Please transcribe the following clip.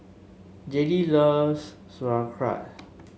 Jaylee loves Sauerkraut